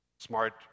Smart